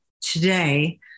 today